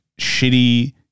shitty